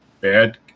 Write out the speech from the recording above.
bad